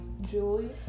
Julie